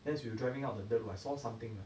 that's when driving out the dirt I saw something ah